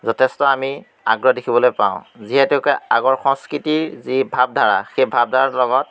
যথেষ্ট আমি আগ্ৰহ দেখিবলৈ পাওঁ যিহেতুকে আগৰ সংস্কৃতিৰ যি ভাৱধাৰা সেই ভাৱধাৰাৰ লগত